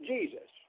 Jesus